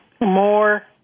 more